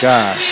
God